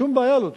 שום בעיה לא תהיה.